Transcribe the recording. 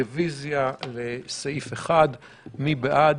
הרביזיה לסעיף 1. מי בעד?